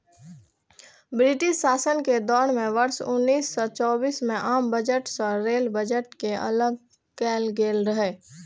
British शासन के दौर मे वर्ष उन्नैस सय चौबीस मे आम बजट सं रेल बजट कें अलग कैल गेल रहै